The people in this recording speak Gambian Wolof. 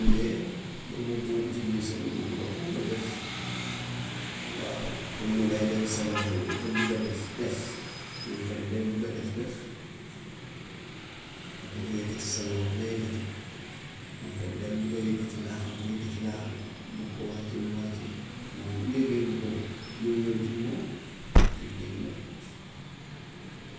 Ndee moom mu ngi koo utiliser noonu la ko mun a def waaw, comme ni ngay def sa loxo yi nga bugg a def def moom tamit day bugg a def def. Nga bugg a yëkkati sa loxo nga yëkkati ko moom tamit day bugg a yëkkati laafam yëkkati laafam, bugg koo wàcce mu wàcce, boo yéegee buggoo ko mooy ñëw ci moom jege na.